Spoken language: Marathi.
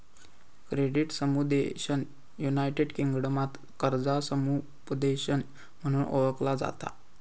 क्रेडिट समुपदेशन युनायटेड किंगडमात कर्जा समुपदेशन म्हणून ओळखला जाता